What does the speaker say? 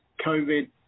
COVID